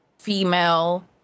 female